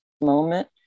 moment